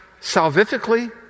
salvifically